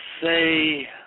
say